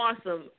awesome